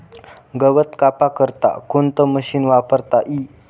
गवत कापा करता कोणतं मशीन वापरता ई?